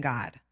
God